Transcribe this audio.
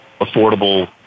affordable